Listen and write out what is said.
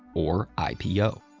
or ipo.